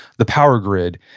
the power grid.